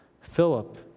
Philip